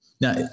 Now